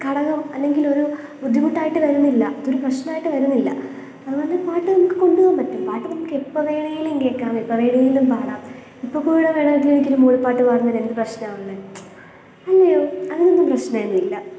ഘടകം അല്ലെങ്കിലൊരു ബുദ്ധിമുട്ടായിട്ട് വരുന്നില്ല ഇതൊരു പ്രശ്നമായിട്ട് വരുന്നില്ല അതുപോലെത്തന്നെ പാട്ട് നമുക്ക് കൊണ്ടുപോവാൻ പറ്റും പാട്ട് നമുക്കെപ്പോൾ വേണമെങ്കിലും കേൾക്കാം എപ്പോൾ വേണമെങ്കിലും പാടാം ഇപ്പോൾ പോലും വേണമെങ്കിൽ എനിക്കൊരു മൂളിപ്പാട്ട് പാടുന്നതിനെന്ത് പ്രശ്നമാ ഉള്ളത് അല്ലയോ അതിനൊന്നും പ്രശ്നമൊന്നുമില്ല